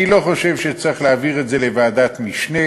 אני לא חושב שצריך להעביר את זה לוועדת משנה,